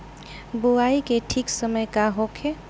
बुआई के ठीक समय का होखे?